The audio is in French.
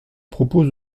propose